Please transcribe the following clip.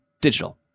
digital